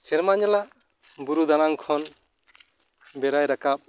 ᱥᱮᱨᱢᱟ ᱧᱟᱞᱟᱫ ᱵᱩᱨᱩ ᱫᱟᱱᱟᱝ ᱠᱷᱚᱱ ᱵᱮᱲᱟᱭ ᱨᱟᱠᱟᱵ